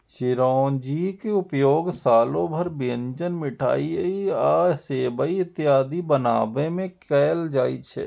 चिरौंजीक उपयोग सालो भरि व्यंजन, मिठाइ आ सेवइ इत्यादि बनाबै मे कैल जाइ छै